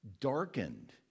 darkened